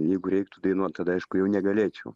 jeigu reiktų dainuot tada aišku jau negalėčiau